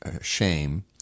shame